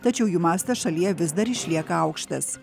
tačiau jų mastas šalyje vis dar išlieka aukštas